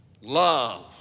love